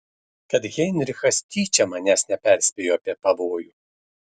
kad heinrichas tyčia manęs neperspėjo apie pavojų